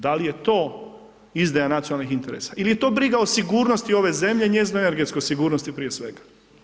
Da li je to izdaja nacionalnih interesa ili je to briga o sigurnosni njezine zemlje, njezine energetske sigurnosti prije svega?